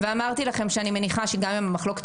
אמרתי לכם שאני מניחה שגם אם המחלוקת